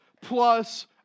plus